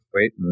wait